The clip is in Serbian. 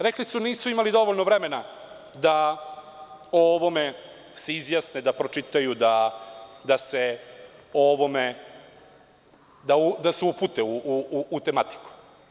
Rekli su nisu imali dovoljno vremena da o ovome se izjasne, da pročitaju, da se upute u tematiku.